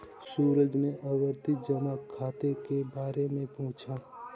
सूरज ने आवर्ती जमा खाता के बारे में पूछा